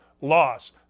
loss